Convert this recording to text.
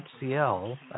HCL